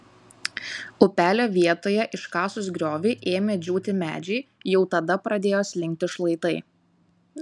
upelio vietoje iškasus griovį ėmė džiūti medžiai jau tada pradėjo slinkti šlaitai